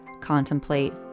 contemplate